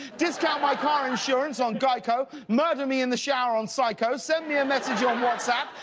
discount my car insurance on geico, murder me in the shower on psycho, send me a message on whatsapp,